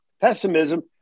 pessimism